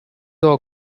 door